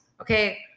Okay